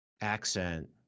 accent